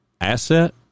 asset